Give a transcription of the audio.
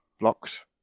blocked